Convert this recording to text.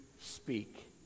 speak